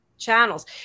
channels